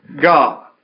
God